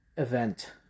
event